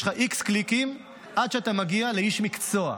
יש לך x קליקים עד שאתה מגיע לאיש מקצוע.